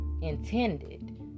intended